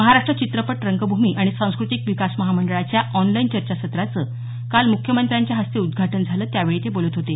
महाराष्ट्र चित्रपट रंगभूमी आणि सांस्कृतिक विकास महामंडळाच्या ऑनलाईन चर्चासत्राचं काल मुख्यमंत्र्यांच्या हस्ते उद्घाटन झालं त्यावेळी ते बोलत होते